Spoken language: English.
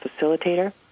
facilitator